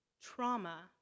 trauma